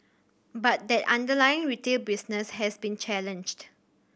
but that underlying retail business has been challenged